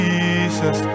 Jesus